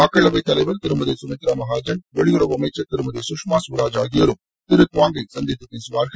மக்களவைத் தலைவர் திருமதி சுமித்ரா மகாஜன் வெளியுறவு அமைச்சர் திருமதி சுஷ்மா ஸ்வராஜ் ஆகியோரும் திரு குவாங்கை சந்தித்து பேசுவார்கள்